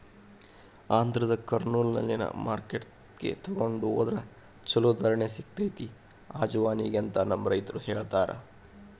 ಆಂಧ್ರದ ಕರ್ನೂಲ್ನಲ್ಲಿನ ಮಾರ್ಕೆಟ್ಗೆ ತೊಗೊಂಡ ಹೊದ್ರ ಚಲೋ ಧಾರಣೆ ಸಿಗತೈತಿ ಅಜವಾನಿಗೆ ಅಂತ ನಮ್ಮ ರೈತರು ಹೇಳತಾರ